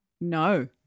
No